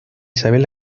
isabel